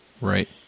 right